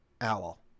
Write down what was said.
owl